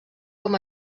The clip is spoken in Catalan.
com